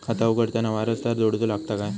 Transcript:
खाता उघडताना वारसदार जोडूचो लागता काय?